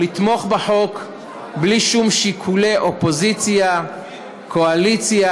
לתמוך בחוק בלי שום שיקולי אופוזיציה קואליציה.